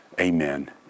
Amen